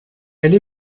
elle